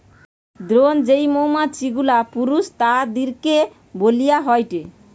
drone যেই মৌমাছি গুলা পুরুষ তাদিরকে বইলা হয়টে